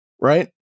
Right